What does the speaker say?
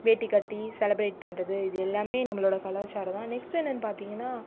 வேட்டி கட்டி செலிப்ரேட் பண்ணுறது இது எல்லாமே நம்மளோட கலாச்சாரம் தான் நெக்ஸ்ட் என்னன்னு பார்த்திங்கனா